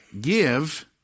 give